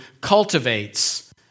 cultivates